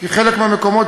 כי חלק מהמקומות,